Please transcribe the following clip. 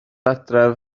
adref